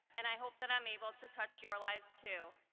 and i hope that i'm able to touch your lives too,